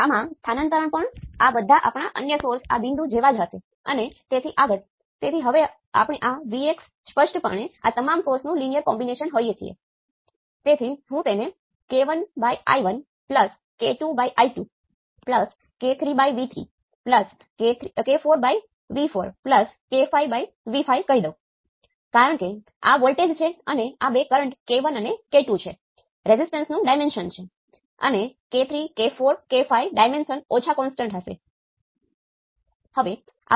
તેના બદલે આપણે ત્યાં અનિવાર્યપણે આ વોલ્ટેજ સ્રોત માટે સુસંગત સમીકરણ લખવું પડશે